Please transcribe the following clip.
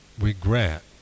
regret